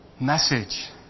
message